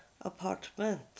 apartment